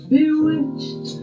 Bewitched